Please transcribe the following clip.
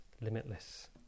limitless